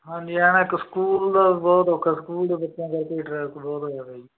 ਹਾਂਜੀ ਹੈ ਨਾ ਇੱਕ ਸਕੂਲ ਬਹੁਤ ਔਖਾ ਸਕੂਲ ਦੇ ਬੱਚਿਆਂ ਕਰਕੇ ਟ੍ਰੈਫਿਕ ਬਹੁਤ ਹੋ ਜਾਂਦਾ ਜੀ